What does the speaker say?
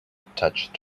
attached